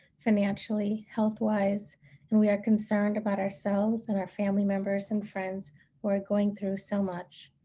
financially, health-wise and we are concerned about ourselves and our family members and friends who are going through so much,